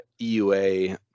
eua